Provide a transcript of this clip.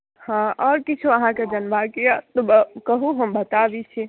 हँ आओर किछो अहाँकेँ जनबाक यए तऽ कहू हम बता दैत छी